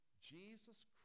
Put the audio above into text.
Jesus